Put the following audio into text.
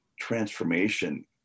transformation